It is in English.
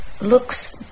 looks